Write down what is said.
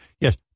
Yes